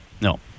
No